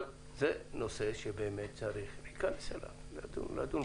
אבל זה נושא שבאמת צריך לדון בו.